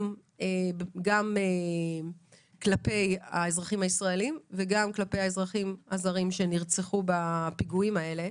גם כלפי האזרחים הישראלים וגם כלפי האזרחים הזרים שנרצחו בפיגועים האלה.